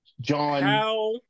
John